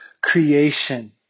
creation